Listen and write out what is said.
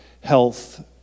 health